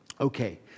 Okay